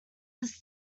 this